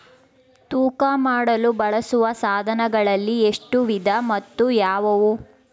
ತೂಕ ಮಾಡಲು ಬಳಸುವ ಸಾಧನಗಳಲ್ಲಿ ಎಷ್ಟು ವಿಧ ಮತ್ತು ಯಾವುವು?